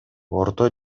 орто